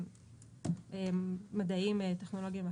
או מדעים טכנולוגיים אחרים.